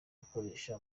gukoresha